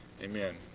amen